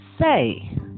say